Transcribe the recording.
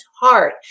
heart